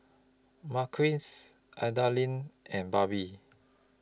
Marquis Adalyn and Barbie